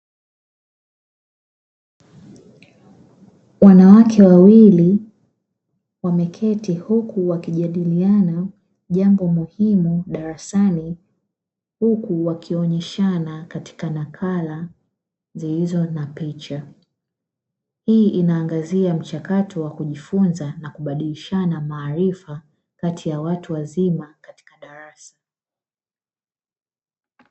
Wanawake wawili wameketi huku wakijadiliana jambo muhimu darasani huku wakionyeshana katika nakala zilizo na picha hii inaangazia mchakato wa kujifunza na kubadilishana maarifa kati ya watu wazima katika darasa.